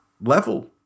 level